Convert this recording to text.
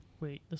wait